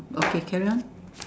okay carry on